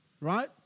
right